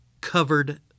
covered